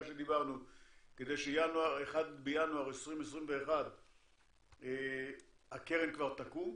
שדיברנו כדי שב-1 בינואר 2021 הקרן כבר תקום,